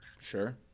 Sure